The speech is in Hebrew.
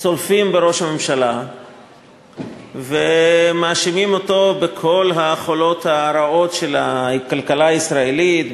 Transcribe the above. צולפות בראש הממשלה ומאשימות אותו בכל הרעות החולות של הכלכלה הישראלית,